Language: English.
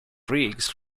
riggs